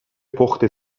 پخت